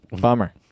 Bummer